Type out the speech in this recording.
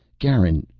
garin,